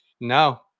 No